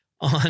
on